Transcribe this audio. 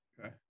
okay